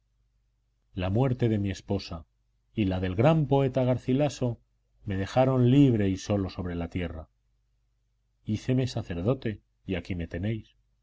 la muerte de mi esposa y la del gran poeta garcilaso me dejaron libre y solo sobre la tierra híceme sacerdote y aquí me tenéis